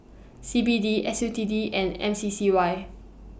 C B D S U T D and M C C Y